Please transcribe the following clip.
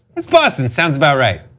it's boston, sounds about right.